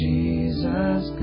Jesus